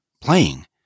playing